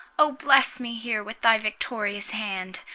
o, bless me here with thy victorious hand,